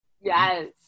Yes